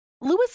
Lewis